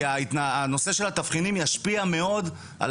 כי הנושא של התבחינים ישפיע מאוד על